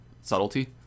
subtlety